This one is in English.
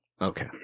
Okay